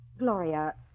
Gloria